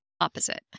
opposite